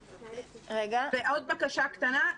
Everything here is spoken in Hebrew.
ועוד בקשה קטנה,